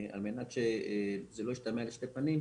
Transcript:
על מנת שזה לא ישתמע לשתי פנים,